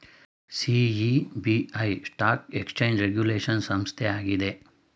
SEBI stock exchange regulation ಸಂಸ್ಥೆ ಆಗಿದೆ